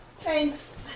Thanks